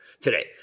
today